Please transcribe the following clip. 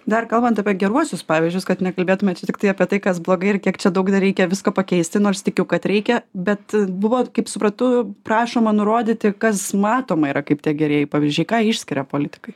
dar kalbant apie geruosius pavyzdžius kad nekalbėtume čia tiktai apie tai kas blogai ir kiek čia daug dar reikia visko pakeisti nors tikiu kad reikia bet buvo kaip suprantu prašoma nurodyti kas matoma yra kaip tie gerieji pavyzdžiai ką išskiria politikai